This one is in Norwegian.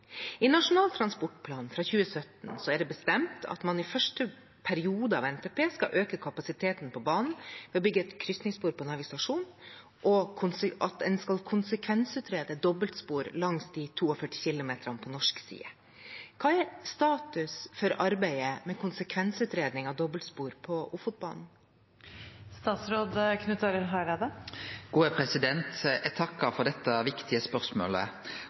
I Nasjonal transportplan fra 2017 er det bestemt at en i første periode av NTP skal øke kapasiteten på banen ved å bygge et krysningsspor på Narvik stasjon og at en skal konsekvensutrede dobbeltspor på banen. Hva er status på arbeidet med konsekvensutredning for Ofotbanen?» Eg takkar for dette viktige spørsmålet.